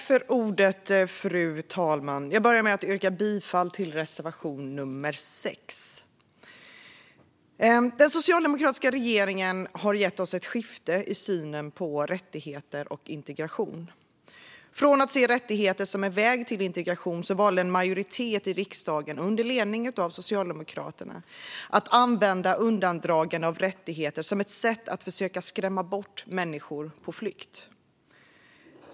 Fru talman! Jag börjar med att yrka bifall till reservation nummer 6. Den socialdemokratiska regeringen har gett oss ett skifte i synen på rättigheter och integration. Från att se rättigheter som en väg till integration valde en majoritet i riksdagen, under ledning av Socialdemokraterna, att använda undandragande av rättigheter som ett sätt att försöka skrämma bort människor på flykt.